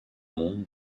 monde